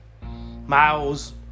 Miles